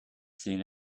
seen